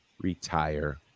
retire